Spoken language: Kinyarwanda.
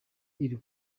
iri